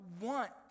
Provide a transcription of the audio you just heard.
want